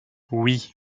oui